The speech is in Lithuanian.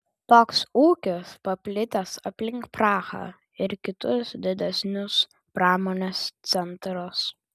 toks ūkis paplitęs aplink prahą ir kitus didesnius pramonės centrus